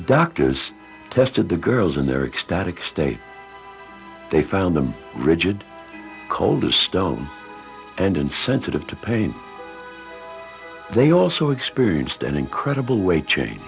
doctors tested the girls in their ecstatic state they found them rigid cold as stone and insensitive to pain they also experienced an incredible weight change